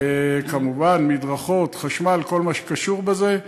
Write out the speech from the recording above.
כמובן מדרכות, חשמל, כל מה שקשור בזה.